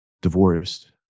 divorced